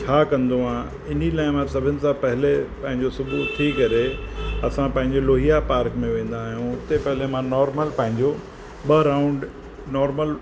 छा कंदो आहे इन लाइ मां सभिनि सां पेहले पंहिंजो सुबुहु उथी करे असां पंहिंजे लोहिया पार्क में वेंदा आहियूं उते पेहले मां नॉर्मल पंहिंजो ॿ राउंड नॉर्मल